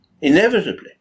Inevitably